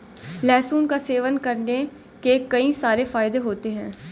लहसुन का सेवन करने के कई सारे फायदे होते है